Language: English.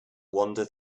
wander